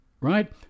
right